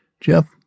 Jeff